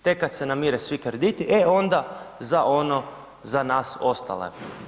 Tek kada se namire svi krediti e onda za ono za nas ostale.